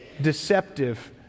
deceptive